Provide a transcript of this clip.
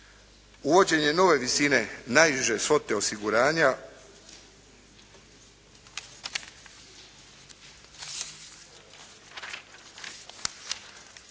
uvođenje nove visine najniže svote osiguranja